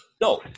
No